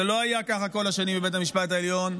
וזה לא היה כך כל השנים בבית המשפט העליון,